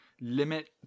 limit